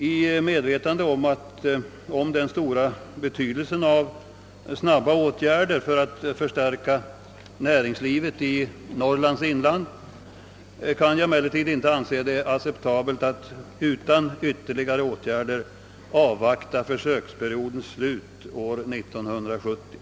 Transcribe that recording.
I medvetande om den stora betydelsen av snabba åtgärder för att förstärka näringsli vet i Norrlands inland kan jag dock inte anse det acceptabelt att man utan ytterligare åtgärder avvaktar försöksperiodens slut år 1970.